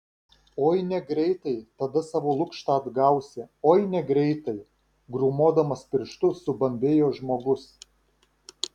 oi negreitai tada savo lukštą atgausi oi negreitai grūmodamas pirštu subambėjo žmogus